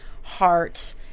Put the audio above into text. Heart